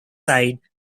side